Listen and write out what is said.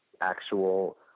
actual